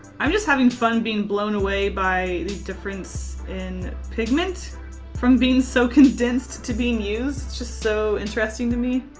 i'm just having fun being blown away by these difference in pigment from being so condensed to being used. it's just so interesting to me.